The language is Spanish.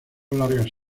largas